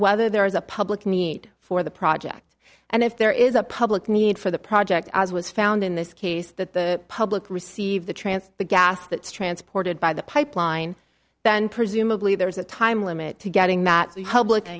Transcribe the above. whether there is a public need for the project and if there is a public need for the project as was found in this case that the public received the transfer the gas that's transported by the pipeline then presumably there is a time limit to getting that republic